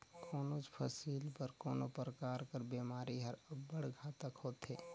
कोनोच फसिल बर कोनो परकार कर बेमारी हर अब्बड़ घातक होथे